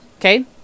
Okay